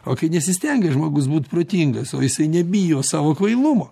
o kai nesistengia žmogus būt protingas o jisai nebijo savo kvailumo